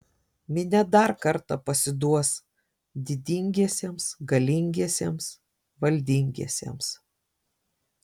minia dar kartą pasiduos didingiesiems galingiesiems valdingiesiems